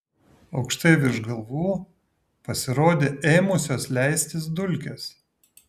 aukštai virš galvų pasirodė ėmusios leistis dulkės